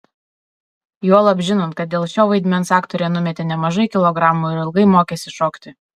juolab žinant kad dėl šio vaidmens aktorė numetė nemažai kilogramų ir ilgai mokėsi šokti